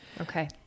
Okay